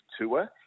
tour